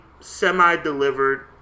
semi-delivered